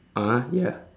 (uh huh) ya